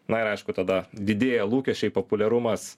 na ir aišku tada didėja lūkesčiai populiarumas